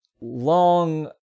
long